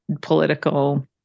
political